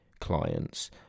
clients